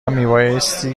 میبایستی